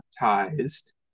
baptized